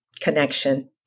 connection